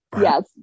Yes